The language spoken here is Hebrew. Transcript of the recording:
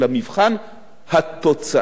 אלא מבחן התוצאה.